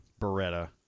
Beretta